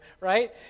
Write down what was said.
right